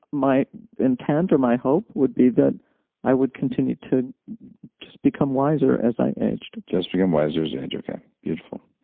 my intent or my hope would be that i would continue to just become wiser as i aged just become wiser as you age. okay, beautiful.